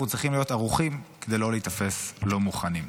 אנחנו צריכים להיות ערוכים כדי לא להיתפס לא מוכנים.